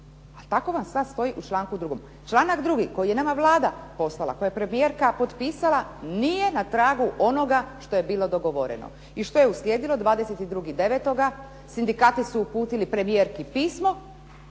tako vam stoji u članku 2. Članak 2. koji je nama Vlada poslala i što je premijerka potpisala nije na tragu onoga što je bilo dogovoreno i što je uslijedilo 22. 9. sindikati su uputili premijerki pismo